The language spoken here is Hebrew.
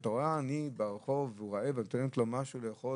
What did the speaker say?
כשאת רואה עני ברחוב והוא רעב ואת נותנת לו משהו לאכול